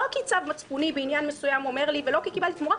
לא כי צו מצפוני בעניין מסוים אומר לי ולא כי קיבלתי תמורה,